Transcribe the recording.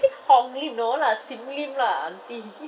is it hong lim no lah sim lim lah auntie